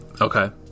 Okay